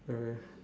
really